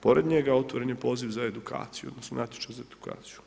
Pored njega otvoren je poziv za edukaciju, odnosno, natječaj za edukaciju.